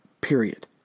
Period